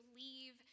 leave